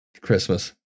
Christmas